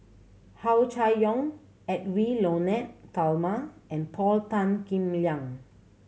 Hua Chai Yong Edwy Lyonet Talma and Paul Tan Kim Liang